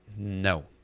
No